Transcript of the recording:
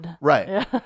Right